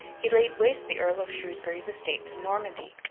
he laid waste the earl of shrewsbury's estates in normandy,